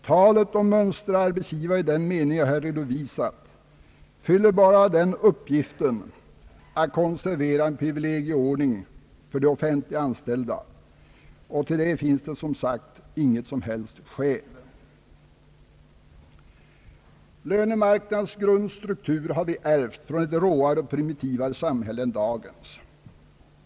Talet om mönsterarbetsgivare i den mening jag här redovisat fyller bara uppgiften att konservera en privilegieordning för de offentligt anställda; och för en sådan finns det som sagt inget som helst skäl. Lönemarknadens grundstruktur har vi ärvt från ett råare och primitivare samhälle än dagens.